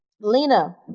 Lena